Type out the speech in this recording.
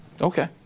Okay